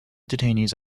detainees